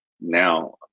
now